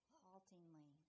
haltingly